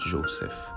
Joseph